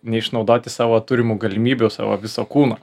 neišnaudoti savo turimų galimybių savo viso kūno